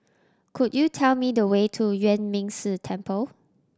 could you tell me the way to Yuan Ming Si Temple